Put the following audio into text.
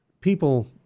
People